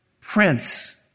Prince